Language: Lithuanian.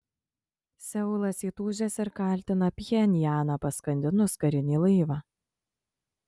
seulas įtūžęs ir kaltina pchenjaną paskandinus karinį laivą